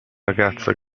ragazza